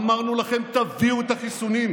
אמרנו לכם: תביאו את החיסונים,